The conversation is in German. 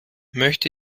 möchte